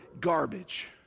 garbage